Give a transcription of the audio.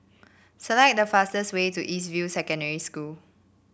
select the fastest way to East View Secondary School